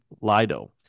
Lido